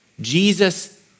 Jesus